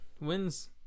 Wins